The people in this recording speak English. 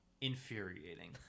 infuriating